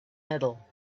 middle